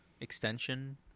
Extension